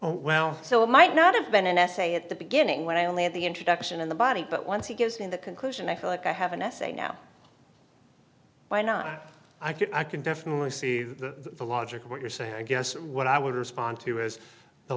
well so it might not have been an essay at the beginning when i only had the introduction in the body but once he gives me the conclusion i feel like i have an essay now why not i can i can definitely see the logic of what you're saying i guess what i would respond to is the